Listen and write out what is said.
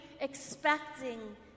expecting